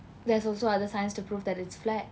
there also other science to prove that it's flat